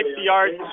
yards